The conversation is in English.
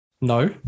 No